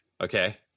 Okay